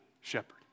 shepherd